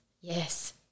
yes